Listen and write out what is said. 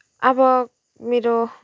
अब मेरो